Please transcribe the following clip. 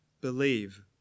believe